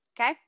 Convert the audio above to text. Okay